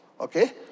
okay